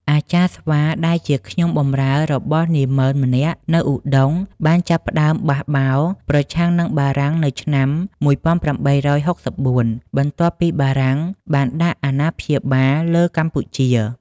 អាចារ្យស្វាដែលជាខ្ញុំបម្រើរបស់នាម៉ឺនម្នាក់នៅឧដុង្គ បានចាប់ផ្ដើមបះបោរប្រឆាំងនឹងបារាំងនៅឆ្នាំ ១៨៦៤ បន្ទាប់ពីបារាំងបានដាក់អាណាព្យាបាលលើកម្ពុជា។